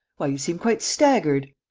why, you seem quite staggered!